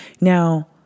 Now